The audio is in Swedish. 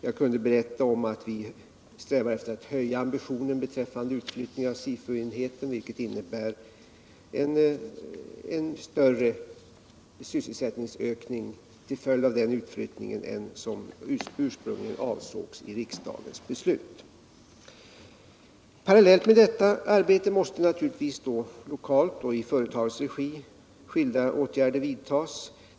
Jag kunde berätta om att vi strävar efter att höja ambitionen beträffande utflyttningen av SIFU-enheten, vilket innebär en större sysselsättningsökning till följd av den utflyttningen än vad som ursprungligen avsågs med riksdagens beslut. Parallellt med detta arbete måste naturligtvis lokalt och i företagets regi skilda åtgärder vidtas.